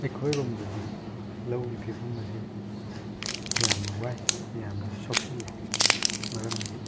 ꯑꯩꯈꯣꯏ ꯔꯣꯝꯗꯗꯤ ꯂꯧꯒꯤ ꯐꯤꯕꯝ ꯑꯁꯤ ꯌꯥꯝꯅ ꯋꯥꯏ ꯌꯥꯝꯅꯁꯨ ꯁꯣꯛꯆꯜꯂꯤ ꯃꯔꯝꯗꯤ